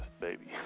baby